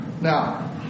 Now